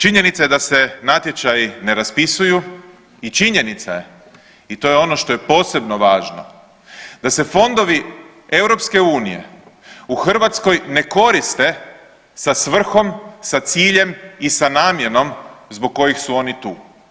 Činjenica je da se natječaji ne raspisuju i činjenica je i to je ono što je posebno važno da se fondovi EU u Hrvatskoj ne koriste sa svrhom, sa ciljem i sa namjenom zbog kojih su oni tu.